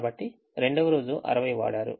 కాబట్టి రెండవ రోజు 60 వాడారు